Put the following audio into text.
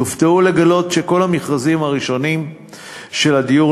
תופתעו לגלות שכל המכרזים הראשונים של הדיור